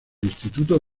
instituto